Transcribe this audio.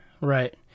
Right